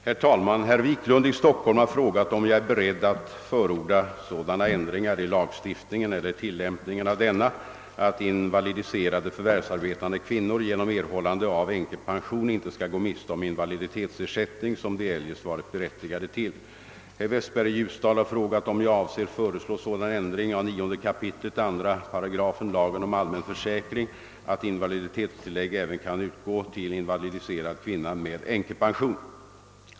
Herr talman! Herr Wiklund i Stockholm har frågat om jag är beredd att förorda sådana ändringar i lagstiftningen eller tillämpningen av denna att invalidiserade förvärvsarbetande kvinnor genom erhållande av änkepension inte skall gå miste om invaliditetsersättning, som de eljest varit berättigade till. Herr Westberg i Ljusdal har frågat om jag avser föreslå sådan ändring av 9 kap. 2 § lagen om allmän försäkring att invaliditetstillägg även kan utgå till invalidiserad kvinna med änkepension.